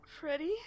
Freddie